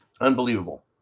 Unbelievable